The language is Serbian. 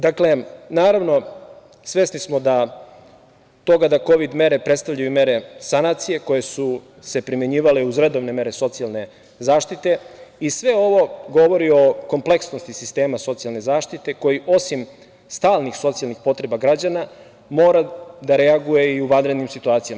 Dakle, naravno svesni smo toga da Kovid mere predstavljaju mere sanacije koje su se primenjivale uz redovne mere socijalne zaštite i sve ovo govori o kompleksnosti sistema socijalne zaštite koji osim stalnih socijalnih potreba građana mora da reaguje i u vanrednim situacijama.